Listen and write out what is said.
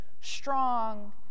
strong